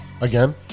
Again